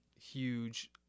huge